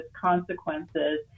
consequences